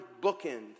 bookend